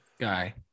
guy